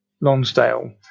Lonsdale